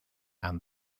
and